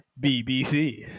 bbc